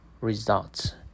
Results